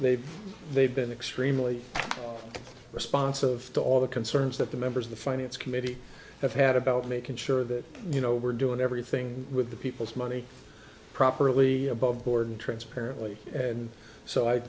they've they've been extremely responsive to all the concerns that the members of the finance committee have had about making sure that you know we're doing everything with the people's money properly above board and transparently and so i